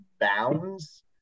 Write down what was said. bounds